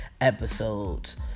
episodes